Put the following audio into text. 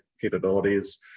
capabilities